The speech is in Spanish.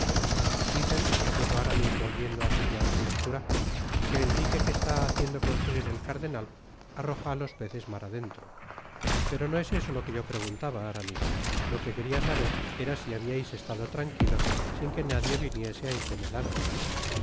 dicen repuso aramia volviendo á su piadosa lectura que et dique que está haciendo construir el cardenal arroja á los peces mar adentro pero no es eso lo que yo preguntaba aramis to que queria saber era si habiais estado tranquilos sin que nadie viniese á incomodaros